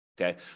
Okay